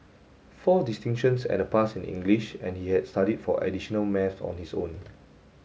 four distinctions and a pass in English and he had studied for additional maths on his own